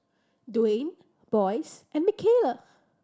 Duane Boyce and Mikayla